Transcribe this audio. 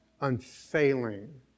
unfailing